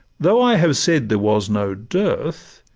though i have said there was no dearth,